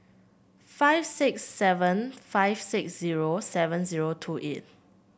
five six seven five six zero seven zero two eight